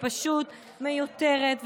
פשוט מיותרת,